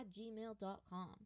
gmail.com